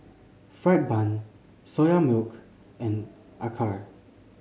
fried bun Soya Milk and acar